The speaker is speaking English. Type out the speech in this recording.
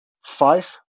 five